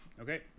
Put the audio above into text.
Okay